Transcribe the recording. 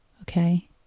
okay